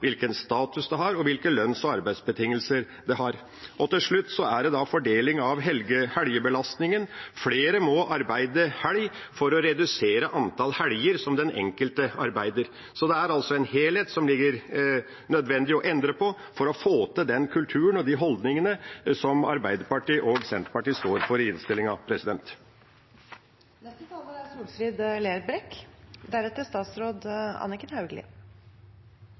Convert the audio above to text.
hvilken status den har, og hvilke arbeids- og lønnsbetingelser den gir. Til slutt om fordeling av helgebelastningen: Flere må arbeide helg for å redusere antall helger den enkelte arbeider. Det er altså en helhet det er nødvendig å endre på for å få til den kulturen og de holdningene som Arbeiderpartiet og Senterpartiet står for i innstillinga. I praksis er